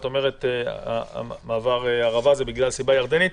את אומרת שמעבר ערבה סגור בגלל הירדנים.